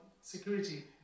security